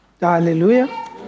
Hallelujah